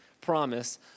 promise